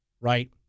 right